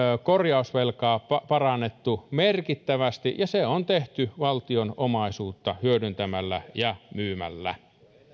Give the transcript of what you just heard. korjausvelkaa parannettu merkittävästi ja se on tehty valtion omaisuutta hyödyntämällä ja myymällä